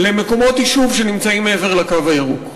למקומות יישוב שנמצאים מעבר לקו הירוק.